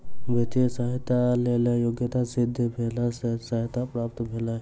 वित्तीय सहयताक लेल योग्यता सिद्ध भेला पर सहायता प्राप्त भेल